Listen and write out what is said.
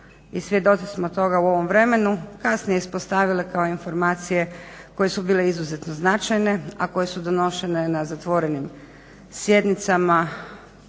i svjedoci smo toga u ovom vremenu, kasnije ispostavile kao informacije koje su bile izuzetno značajne, a koje su donošene na zatvorenim sjednicama